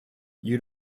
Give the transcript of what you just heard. you